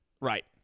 Right